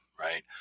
Right